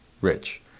rich